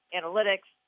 analytics